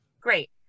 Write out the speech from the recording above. Great